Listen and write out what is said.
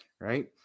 right